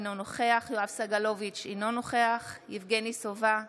אינו נוכח יואב סגלוביץ' אינו נוכח יבגני סובה,